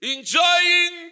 Enjoying